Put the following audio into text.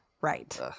right